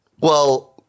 Well-